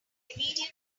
immediately